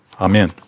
Amen